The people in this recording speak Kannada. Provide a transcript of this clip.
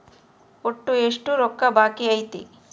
ಒಟ್ಟು ಎಷ್ಟು ರೊಕ್ಕ ಬಾಕಿ ಐತಿ?